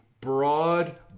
broad